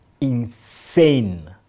insane